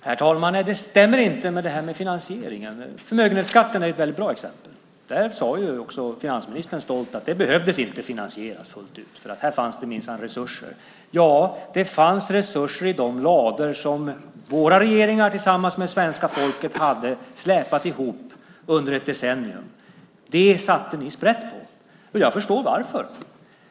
Herr talman! Detta med finansieringen stämmer inte. Förmögenhetsskatten är ett bra exempel. Där sade finansministern stolt att den inte behövde finansieras fullt ut, för det fanns minsann resurser. Ja, det fanns resurser i de lador som våra regeringar tillsammans med svenska folket släpat ihop under ett decennium. Det satte ni sprätt på, Bertil Kjellberg, och jag förstår varför.